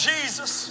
Jesus